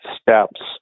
steps